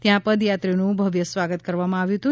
ત્યાં પદયાત્રીઓનું ભવ્ય સ્વાગત કરવામાં આવ્યું હતું